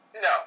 No